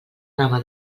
gamma